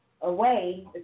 away